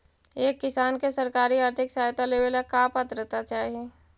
एक किसान के सरकारी आर्थिक सहायता लेवेला का पात्रता चाही?